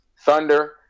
Thunder